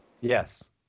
yes